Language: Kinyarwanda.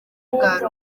bwari